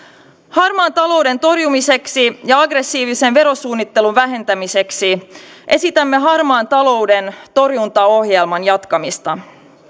harmaan talouden torjumiseksi ja aggressiivisen verosuunnittelun vähentämiseksi esitämme harmaan talouden torjuntaohjelman jatkamista